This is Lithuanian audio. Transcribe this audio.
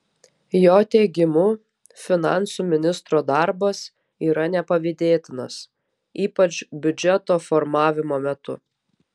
jo teigimu finansų ministro darbas yra nepavydėtinas ypač biudžeto formavimo metu